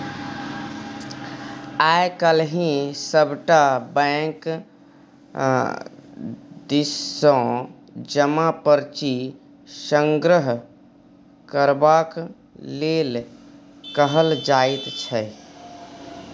आय काल्हि सभटा बैंक दिससँ जमा पर्ची संग्रह करबाक लेल कहल जाइत छै